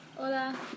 Hola